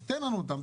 תן לנו אותם,